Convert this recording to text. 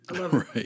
Right